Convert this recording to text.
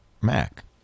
Mac